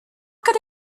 could